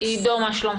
עידו, מה שלומך?